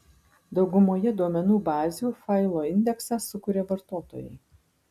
daugumoje duomenų bazių failo indeksą sukuria vartotojai